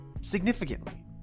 significantly